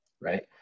right